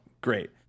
Great